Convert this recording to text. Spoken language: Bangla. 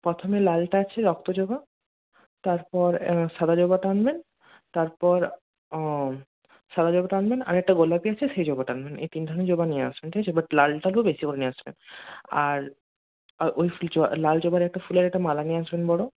প্রথমে লালটা আছে রক্ত জবা তারপর সাদা জবাটা আনবেন তারপর সাদা জবাটা আনবেন আরেকটা গোলাপি আছে সেই জবাটা আনবেন এই তিনটে জবা নিয়ে আসবেন ঠিক আছে বাট লালটা একটু বেশি করে নিয়ে আসবেন আর আর ওই লাল জবার একটা ফুলের একটা মালা নিয়ে আসবেন বড়ো